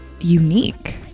unique